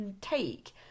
take